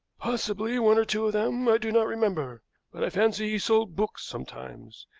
possibly, one or two of them, i do not remember but i fancy he sold books sometimes,